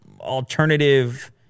alternative